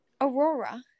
Aurora